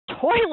toilet